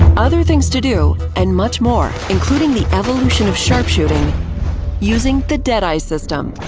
other things to do and much more including the evolution of sharpshooting using the dead eye system.